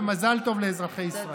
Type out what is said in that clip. ומזל טוב לאזרחי ישראל.